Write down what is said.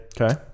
Okay